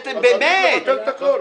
אז צריך לבטל את הכול.